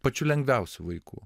pačių lengviausių vaikų